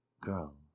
Girl